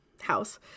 house